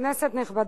כנסת נכבדה,